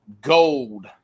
gold